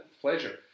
Pleasure